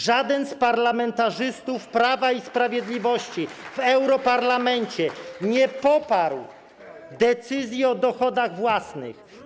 Żaden z parlamentarzystów Prawa i Sprawiedliwości w europarlamencie nie poparł decyzji o dochodach własnych.